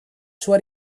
sua